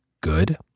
good